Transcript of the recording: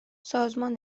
سازمان